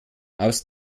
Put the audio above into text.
aus